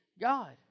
God